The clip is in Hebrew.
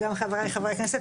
וגם חברי הכנסת.